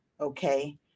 okay